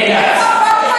נאלץ.